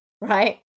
right